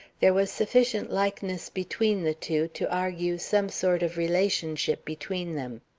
there was sufficient likeness between the two to argue some sort of relationship between them.